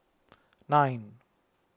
nine